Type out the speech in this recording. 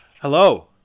Hello